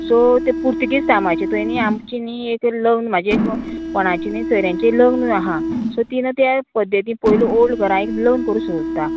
so ते पुर्तुगीज टायमाचे तुवें न्ही आमची न्ही एक लग्न म्हाजे एक कोणाची न्ही सोयऱ्यांचे लग्न आहा सो ती न्हू त्या पद्दतीन पयली ओल्ड घरां एक लग्न करूं सोदता